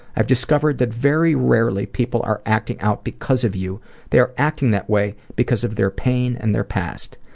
i've discovered that very rarely people are acting out because of you they are acting that way because of their pain and their past.